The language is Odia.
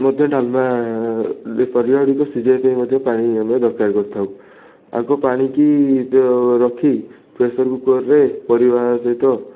ମଧ୍ୟ ଡାଲମା ଏ ପରିବାଗୁଡ଼ିକ ସିଜେଇବାପାଇଁ ମଧ୍ୟ ପାଣି ଆମେ ଦରକାର କରିଥାଉ ଆଗ ପାଣିକି ରଖି ପ୍ରେସର୍ କୁକର୍ରେ ପରିବା ସହିତ